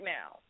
now